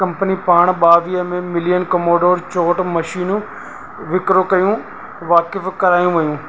company पाण ॿावीह में मिलियन कमोडोर चोहठि मशीनियूं विकिरो कयूं वाक़ुफ़ु करायूं वयूं